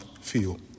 feel